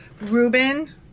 Reuben